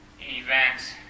events